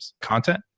content